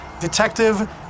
Detective